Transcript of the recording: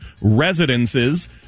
residences